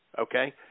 okay